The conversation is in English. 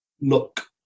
look